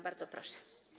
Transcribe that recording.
Bardzo proszę.